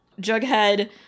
jughead